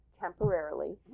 temporarily